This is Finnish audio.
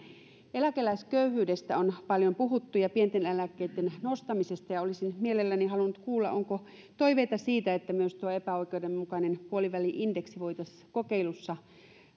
eläkeläisköyhyydestä on paljon puhuttu ja pienten eläkkeitten nostamisesta ja olisin mielelläni halunnut kuulla onko toiveita siitä että oikeudenmukainen puoliväli indeksi voitaisiin